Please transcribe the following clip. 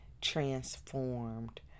transformed